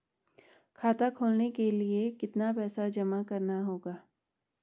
खाता खोलने के लिये कितना पैसा जमा करना होगा?